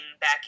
back